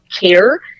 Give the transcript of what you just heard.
care